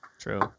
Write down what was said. True